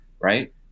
right